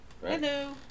Hello